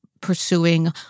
pursuing